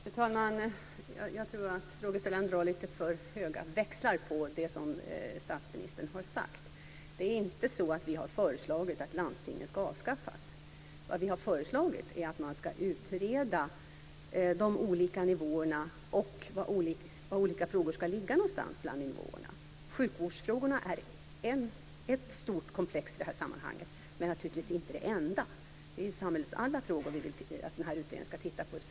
Fru talman! Jag tror att frågeställaren drar lite för höga växlar på det som statsministern har sagt. Det är inte så att vi har föreslagit att landstingen ska avskaffas. Vi har föreslagit att man ska utreda de olika nivåerna och på vilka nivåer olika frågor ska ligga. Sjukvårdsfrågorna är ett stort komplex i det här sammanhanget, men naturligtvis inte det enda. Vi vill att den här utredningen ska titta på samhällets alla frågor.